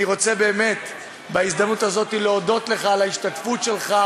אני רוצה באמת בהזדמנות הזאת להודות לך על ההשתתפות שלך,